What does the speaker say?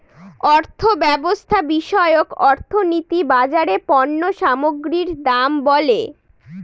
অর্থব্যবস্থা বিষয়ক অর্থনীতি বাজারে পণ্য সামগ্রীর দাম বলে